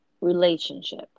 relationship